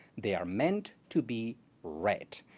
they are meant to be read.